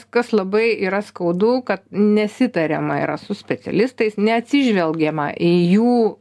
kas labai yra skaudu kad nesitariama yra su specialistais neatsižvelgiama į jų